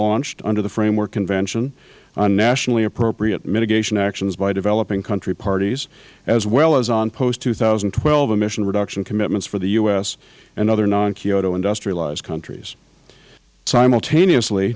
launched under the framework convention on nationally appropriate mitigation actions by developing country parties as well as on post two thousand and twelve emission reduction commitments for the u s and other non kyoto industrialized countries simultaneously